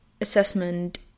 assessment